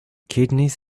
kidneys